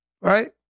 right